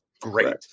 great